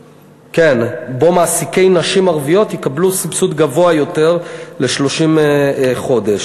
שבו מעסיקי נשים ערביות יקבלו סבסוד גבוה יותר ל-30 חודש.